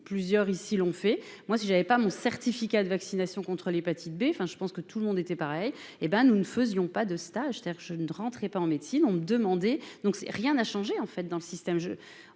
plusieurs ici l'ont fait, moi si j'avais pas mon certificat de vaccination contre l'hépatite B, enfin je pense que tout le monde était pareil hé ben, nous ne faisions pas de stage, c'est-à-dire je ne rentrez pas en médecine ont demandé, donc c'est rien n'a changé en fait dans le système,